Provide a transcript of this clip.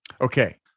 Okay